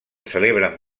celebren